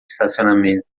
estacionamento